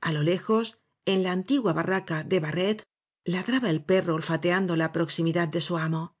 a lo lejos en la antigua barraca de barret ladraba el perro olfateando la proximidad de su amo